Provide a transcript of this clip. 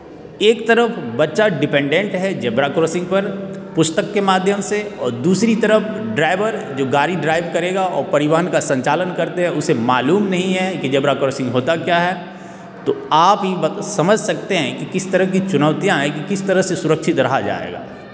एक तरफ बच्चा डिपेंडेंट है ज़ेबरा क्रॉसिंग पर पुस्तक के माध्यम से और दूसरी तरफ ड्राइवर जो गाड़ी ड्राइव करेगा और परिवहन का संचालन करते हैं उसे मालूम नहीं है कि ज़ेबरा क्रॉसिंग होता क्या है तो आप ही समझ सकते हैं कि किस तरह की चुनौतियाँ आएगी किस तरह से सुरक्षित रहा जाएगा